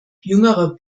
jüngerer